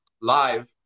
Live